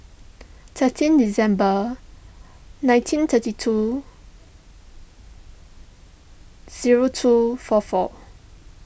thirteen December nineteen thirty two zero two four four